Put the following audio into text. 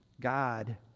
God